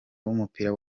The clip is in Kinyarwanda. w’umupira